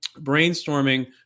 brainstorming